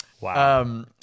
Wow